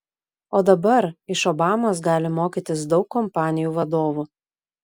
o dabar iš obamos gali mokytis daug kompanijų vadovų